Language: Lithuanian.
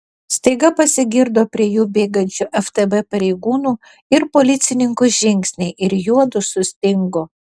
staiga pasigirdo prie jų bėgančių ftb pareigūnų ir policininkų žingsniai ir juodu sustingo